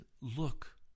Look